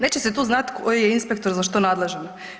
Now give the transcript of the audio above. Neće se tu znati koji je inspektor za što nadležan.